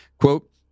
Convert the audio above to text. Quote